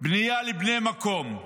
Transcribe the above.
בנייה לבני המקום.